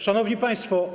Szanowni Państwo!